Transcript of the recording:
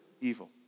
evil